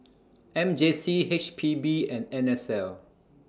M J C H P B and N S L